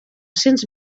cents